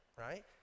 right